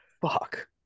fuck